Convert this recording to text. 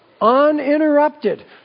uninterrupted